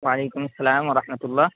وعلیکم السلام و رحمتہ اللہ